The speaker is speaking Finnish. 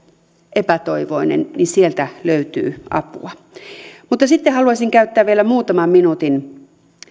epätoivoinen niin sieltä löytyy apua sitten haluaisin käyttää vielä muutaman minuutin